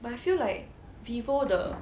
but I feel like vivo 的